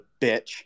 bitch